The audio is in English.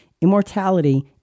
Immortality